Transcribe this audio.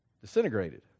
disintegrated